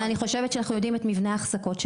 אבל אני חושבת שאנחנו יודעים את מבנה האחזקות שלנו.